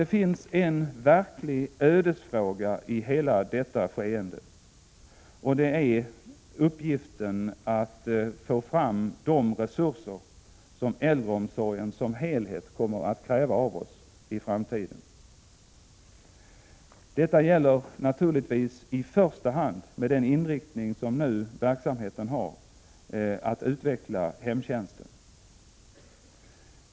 Det finns en verklig ödesfråga i hela detta skeende, och det är uppgiften att ta fram de resurser som äldreomsorgen som helhet kommer att kräva i framtiden. Detta gäller naturligtvis i första hand med den inriktning som verksamheten nu har, att utveckla hemtjänsten.